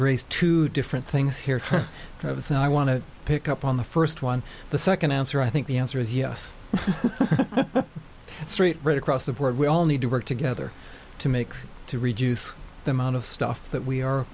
raised two different things here i want to pick up on the first one the second answer i think the answer is yes it's right across the board we all need to work together to make to reduce the amount of stuff that we are